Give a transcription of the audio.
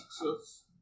success